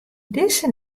dizze